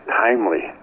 timely